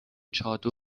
چادر